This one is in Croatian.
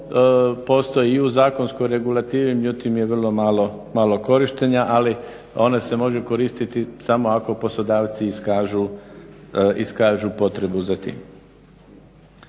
i u zakonskoj regulativi međutim je vrlo malo korištena, ali ona se može koristiti samo ako poslodavci iskažu potrebu za tim.